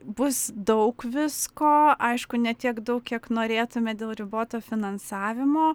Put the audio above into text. bus daug visko aišku ne tiek daug kiek norėtume dėl riboto finansavimo